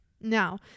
Now